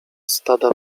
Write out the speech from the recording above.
stada